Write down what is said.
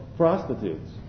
prostitutes